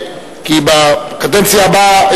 כי בקדנציה הבאה,